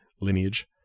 lineage